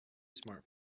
smart